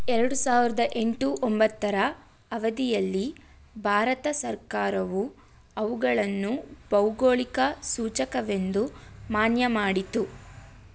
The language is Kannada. ಎರಡು ಸಾವಿರದ ಎಂಟು ಒಂಬತ್ತರ ಅವಧಿಯಲ್ಲಿ ಭಾರತ ಸರ್ಕಾರವು ಅವುಗಳನ್ನು ಭೌಗೋಳಿಕ ಸೂಚಕವೆಂದು ಮಾನ್ಯ ಮಾಡಿತು